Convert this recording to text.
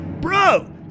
bro